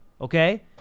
Okay